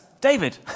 David